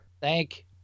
Thank